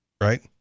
right